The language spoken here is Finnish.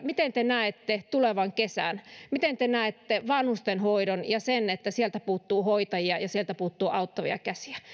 miten te näette tulevan kesän miten te näette vanhustenhoidon ja sen että sieltä puuttuu hoitajia ja sieltä puuttuu auttavia käsiä